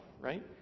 right